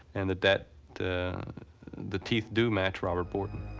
and that that the the teeth do match robert borton.